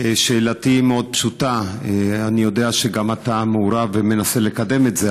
שאלתי היא מאוד פשוטה אני יודע שאתה מעורב ומנסה לקדם את זה,